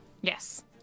Yes